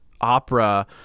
opera